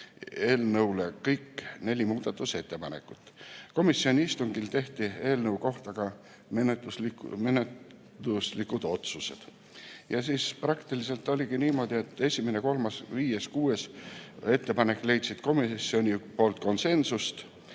eelnõule kõik neli muudatusettepanekut. Komisjoni istungil tehti eelnõu kohta menetluslikud otsused. Praktiliselt oligi niimoodi, et esimene, kolmas, viies ja kuues ettepanek leidsid komisjonis konsensusliku